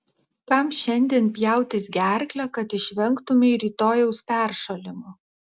kam šiandien pjautis gerklę kad išvengtumei rytojaus peršalimo